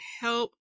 help